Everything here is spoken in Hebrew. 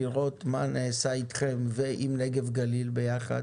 לראות מה נעשה אתכם ועם נגב גליל ביחד